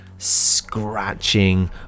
scratching